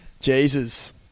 Jesus